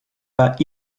pas